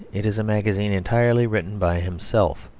it is a magazine entirely written by himself